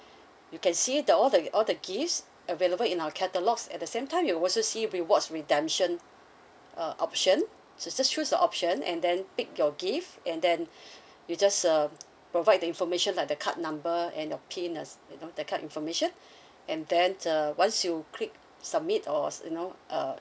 you can see the all the all the gifts available in our catalogues at the same time you will also see rewards redemption uh option so just choose a option and then pick your gift and then you just um provide the information like the card number and your pin uh you know the card information and then uh once you click submit or you know uh